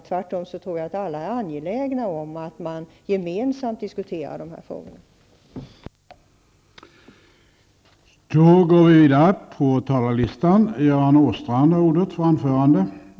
Tvärtom är nog alla angelägna om att de här frågorna skall diskuteras gemensamt.